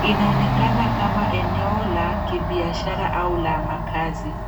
Inaonekana kama eneo la kibiashara au la makazi.